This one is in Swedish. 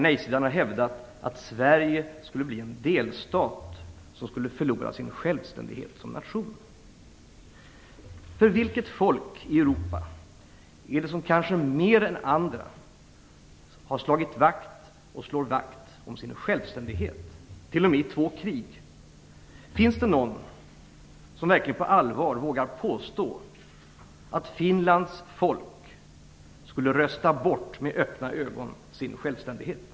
Nej-sidan har hävdat att Sverige skulle bli en delstat som skulle förlora sin självständighet som nation. Vilket folk i Europa är det som kanske mer än andra har slagit och slår vakt om sin självständighet, t.o.m. under två krig? Finns det någon som verkligen på allvar vågar påstå att Finlands folk med öppna ögon skulle rösta bort sin självständighet?